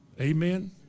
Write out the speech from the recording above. Amen